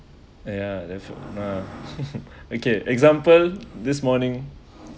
ya def~ okay example this morning